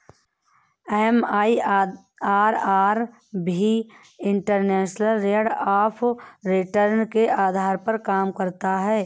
MIRR भी internal rate of return के आधार पर काम करता है